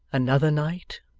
another night,